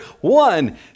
One